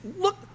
look